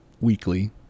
weekly